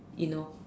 you know